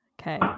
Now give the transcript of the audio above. Okay